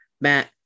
Matt